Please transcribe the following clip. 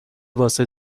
واسه